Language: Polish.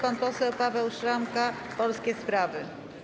Pan poseł Paweł Szramka, Polskie Sprawy.